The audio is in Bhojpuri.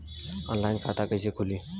ऑनलाइन खाता कइसे खुली?